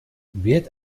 wird